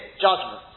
judgment